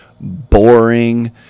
boring